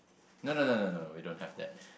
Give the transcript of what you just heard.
no no no no no we don't have that